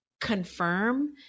confirm